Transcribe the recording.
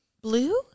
Blue